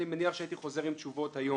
אני מניח שהייתי חוזר עם תשובות היום.